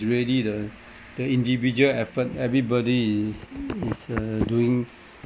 really the the individual effort everybody is is uh doing